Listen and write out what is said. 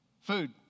food